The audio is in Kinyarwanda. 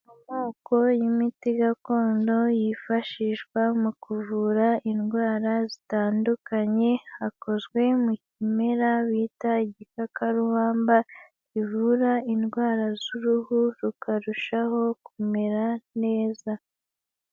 Amoko y'imiti gakondo yifashishwa mu kuvura indwara zitandukanye, akozwe mu kimera bita igikakarubamba kivura indwara z'uruhu rukarushaho kumera neza.